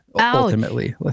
ultimately